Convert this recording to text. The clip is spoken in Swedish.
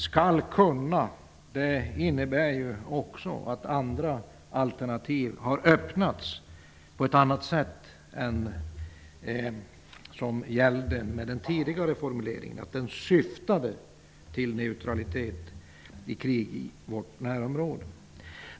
''Skall kunna'' innebär ju också att det har öppnats för alternativ, på ett annat sätt än vad som gällde med den tidigare formuleringen, dvs. att politiken syftade till neutralitet i krig i vårt närområde.